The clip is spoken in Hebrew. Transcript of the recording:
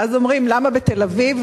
ואז אומרים: למה בתל-אביב,